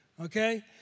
okay